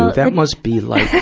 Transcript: that must be like